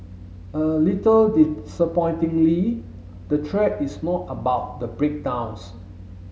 a little disappointingly the thread is not about the breakdowns